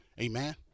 Amen